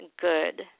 good